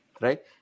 Right